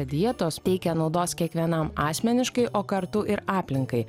dietos teikia naudos kiekvienam asmeniškai o kartu ir aplinkai